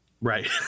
Right